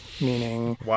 meaning